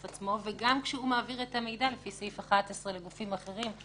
עצמו וגם כשהוא מעביר את המידע לפי סעיף 11 לגופים אחרים.